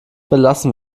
belassen